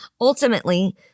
ultimately